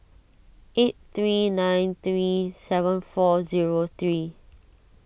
eight three nine three seven four zero three